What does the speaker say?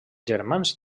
germans